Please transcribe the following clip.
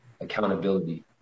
accountability